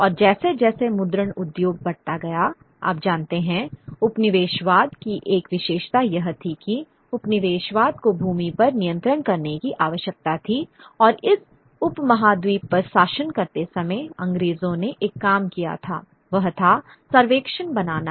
और जैसे जैसे मुद्रण उद्योग बढ़ता गया आप जानते हैं उपनिवेशवाद की एक विशेषता यह थी कि उपनिवेशवाद को भूमि पर नियंत्रण करने की आवश्यकता थी और इस उपमहाद्वीप पर शासन करते समय अंग्रेजों ने एक काम किया था वह था सर्वेक्षण बनाना